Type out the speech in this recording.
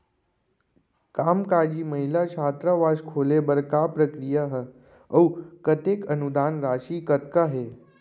कामकाजी महिला छात्रावास खोले बर का प्रक्रिया ह अऊ कतेक अनुदान राशि कतका हे?